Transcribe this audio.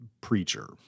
preacher